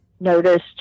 noticed